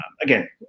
again